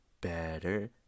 better